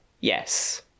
Yes